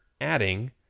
adding